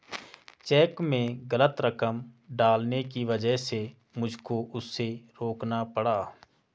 check में गलत रकम डालने की वजह से मुझको उसे रोकना पड़ा